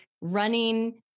running